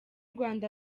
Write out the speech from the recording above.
rwanda